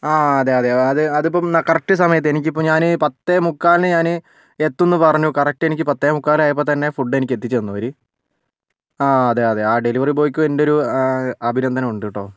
ആ അതെ അതെ അ അത് അതിപ്പോൾ കറക്റ്റ് സമയത്ത് എനിക്കിപ്പോൾ ഞാൻ പത്തേമുക്കാലിന് ഞാന് എത്തും എന്ന് പറഞ്ഞു കറക്റ്റ് എനിക്ക് പത്തേമുക്കാൽ ആയപ്പോൾ തന്നെ ഫുഡ് എനിക്ക് എത്തിച്ചു തന്നു അവർ ആ അതെ അതെ ആ ഡെലിവറി ബോയ്ക്കും എൻ്റെ ഒരു അഭിനന്ദനം ഉണ്ട് കേട്ടോ